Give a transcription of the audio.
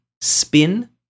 spin